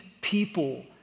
people